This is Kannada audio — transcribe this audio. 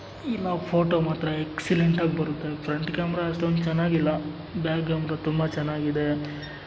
ಇನ್ನು ಫೋಟೋ ಮಾತ್ರ ಎಕ್ಸಲೆಂಟಾಗ್ ಬರುತ್ತೆ ಫ್ರಂಟ್ ಕ್ಯಾಮ್ರಾ ಅಷ್ಟೊಂದು ಚೆನ್ನಾಗಿಲ್ಲ ಬ್ಯಾಗ್ಯಾಮ್ರ ತುಂಬ ಚೆನ್ನಾಗಿದೆ